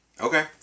Okay